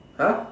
!huh!